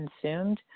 consumed